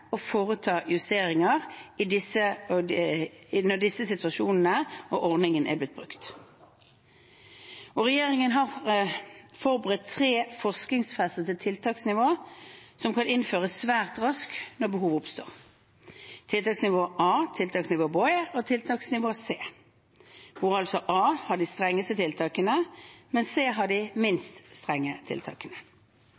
og foreta justeringer i disse i de situasjonene denne ordningen er blitt brukt. Regjeringen har forberedt tre forskriftsfestede tiltaksnivåer som kan innføres svært raskt når behovet oppstår: tiltaksnivå A, tiltaksnivå B og tiltaksnivå C. Tiltaksnivå A har de strengeste tiltakene, mens tiltaksnivå C har de